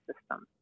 system